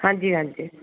हांजी हांजी